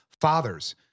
fathers